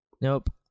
Nope